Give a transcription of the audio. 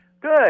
good